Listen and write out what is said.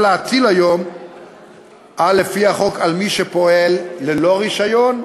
להטיל היום לפי החוק על מי שפועל ללא רישיון,